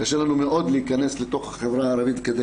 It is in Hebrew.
קשה לנו מאוד להיכנס לתוך החברה הערבית כדי